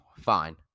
fine